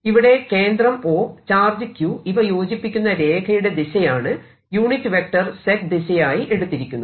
ഇവിടെ കേന്ദ്രം O ചാർജ് q ഇവ യോജിപ്പിക്കുന്ന രേഖയുടെ ദിശയാണ് ẑ ദിശയായി എടുത്തിരിക്കുന്നത്